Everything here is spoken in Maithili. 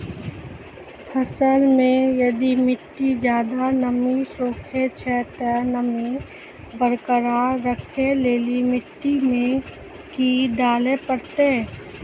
फसल मे यदि मिट्टी ज्यादा नमी सोखे छै ते नमी बरकरार रखे लेली मिट्टी मे की डाले परतै?